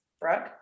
Brooke